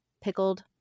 pickled